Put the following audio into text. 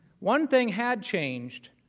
one thing had changed.